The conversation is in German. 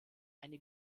eine